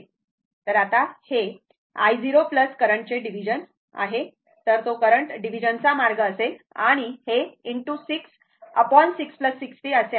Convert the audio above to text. तर आता हे ते i0 करंटचे डिव्हिजन आहे तर तो करंट डिव्हिजन चा मार्ग असेल आणि हे ✕ 6 6 60 असे आहे